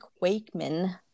Wakeman